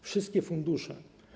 Wszystkie fundusze.